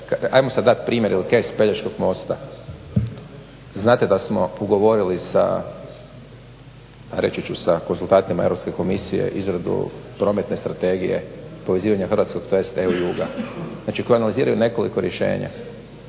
ajmo sad dat primjere … Pelješkog mosta. Znate da smo ugovorili sa konzultantima Europske komisije izradu prometne strategije, povezivanja hrvatskog tj. EU juga, znači koji analiziraju nekoliko rješenja,